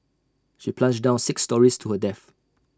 she plunged down six storeys to her death